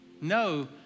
No